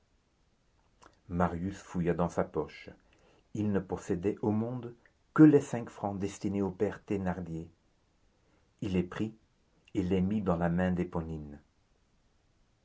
marius fouilla dans sa poche il ne possédait au monde que les cinq francs destinés au père thénardier il les prit et les mit dans la main